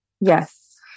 Yes